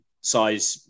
size